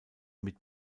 mit